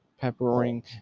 peppering